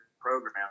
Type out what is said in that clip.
program